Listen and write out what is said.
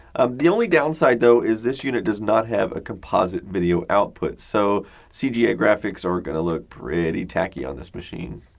um the only downside though, is this unit does not have a composite video output, so cga graphics are going to look pretty tacky on this machine.